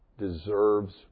deserves